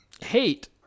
Hate